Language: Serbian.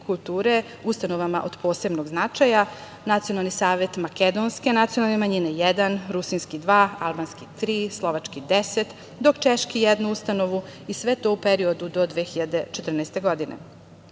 kulture ustanovama od posebnog značaja, Nacionalni savet makedonske nacionalne manjine jedan, rusinski dva, albanski tri, slovačke deset, dok češki jednu ustanovu i sve to u periodu do 2014. godine. Sličan